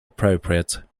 appropriate